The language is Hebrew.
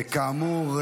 כאמור,